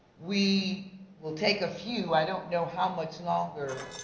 we will take a few. i don't know how much longer,